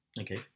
Okay